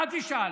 אל תשאל.